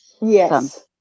Yes